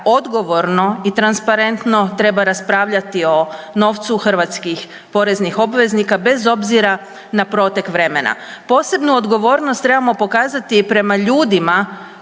odgovorno i transparentno treba raspravljati o novcu hrvatskih poreznih obveznika bez obzira na protek vremena. Posebnu odgovornost trebamo pokazati prema ljudima